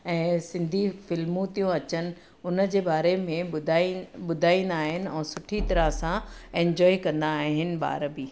ऐं सिंधी फ़िल्मूं थियूं अचनि उन्हनि जे बारे में ॿुधाइनि ॿुधाईंदा आहिनि ऐं सुठी तरह सां एंजॉय कंदा आहिनि ॿार बि